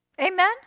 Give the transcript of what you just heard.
Amen